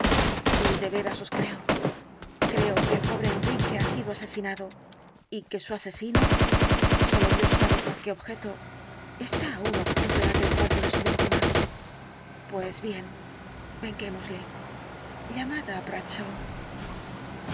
y de veras os creo creo que el pobre enrique ha sido asesinado y que su asesino sólo dios sabe con qué objeto está aún oculto en el cuarto de su víctima pues bien venguémosle llamad